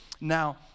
now